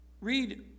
Read